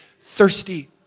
thirsty